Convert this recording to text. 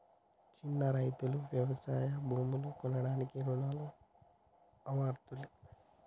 చిన్న రైతులు వ్యవసాయ భూములు కొనడానికి రుణాలకు అర్హులేనా?